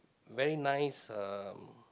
very nice uh